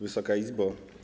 Wysoka Izbo!